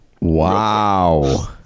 wow